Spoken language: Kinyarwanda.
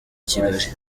kigali